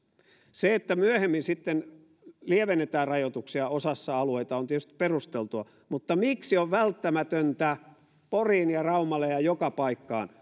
se että myöhemmin sitten lievennetään rajoituksia osassa alueita on tietysti perusteltua mutta miksi on välttämätöntä poriin ja raumalle ja joka paikkaan